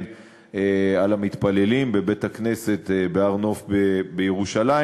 על המתפללים בבית-הכנסת בהר-נוף בירושלים.